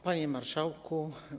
Panie Marszałku!